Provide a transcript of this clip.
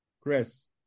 Chris